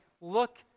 look